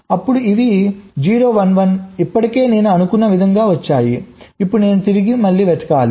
అప్పుడు ఇవి 0 1 1ఇప్పటికే నేను అనుకున్న విధంగా వచ్చాయిఇప్పుడు నేను తిరిగి వెతకాలి